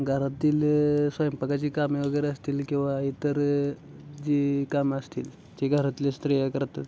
घरातील स्वयंपाकाची कामे वगैरे असतील किंवा इतर जी कामं असतील जे घरातले स्त्रिया करतात